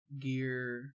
gear